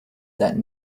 that